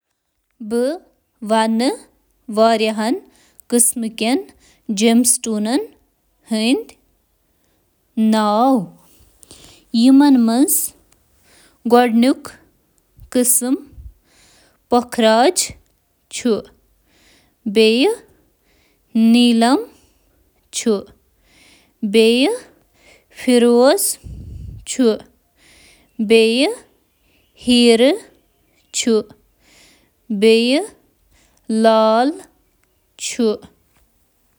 ہندوستانَس منٛز چھِ کینٛہہ ساروِی کھۄتہٕ زِیٛادٕ منٛگنہٕ یِنہٕ وٲلۍ جواہرات منٛز ruby, emerald, blue neelam, pearl, coral, yellow neelam, diamond, hessonite تہٕ کیٹس آئی شٲمِل۔